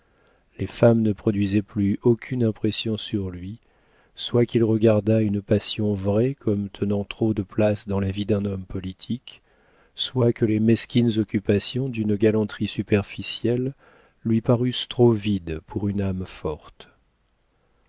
les femmes ne produisaient plus aucune impression sur lui soit qu'il regardât une passion vraie comme tenant trop de place dans la vie d'un homme politique soit que les mesquines occupations d'une galanterie superficielle lui parussent trop vides pour une âme forte